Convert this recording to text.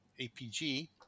APG